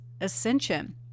ascension